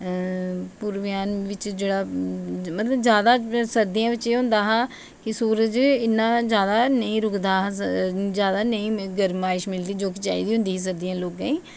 पूर्वायन बिच जेह्ड़ा मतलब जादा सर्दियें बिच एह् होंदा हा की सूरज इन्ना जादा नेईं रुकदा हा जादा नेईं इन्नी गर्माइश मिलदी जो चाही दी होंदी ही सर्दियें बिच लोकें ई उतरायन च